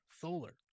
Solar